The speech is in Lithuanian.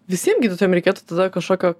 visiem gydytojam reikėtų tada kažkokio